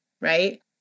right